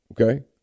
Okay